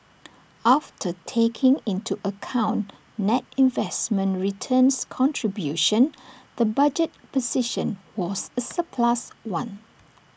after taking into account net investment returns contribution the budget position was A surplus one